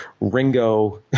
ringo